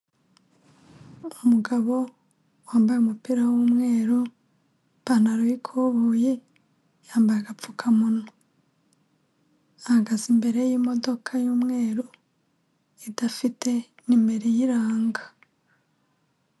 Umugabo wambaye umupira w'umweru, ipantaro y'ikoboye yambaye agapfukamunwa, ahagaze imbere y'imodoka y'umweru idafite nimero iyiranga.